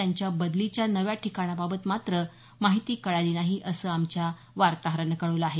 त्यांच्या बदलीच्या नव्या ठिकाणाबाबत मात्र माहिती कळाली नाही असं आमच्या वार्ताहरानं कळवलं आहे